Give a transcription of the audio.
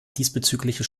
diesbezügliche